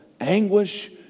anguish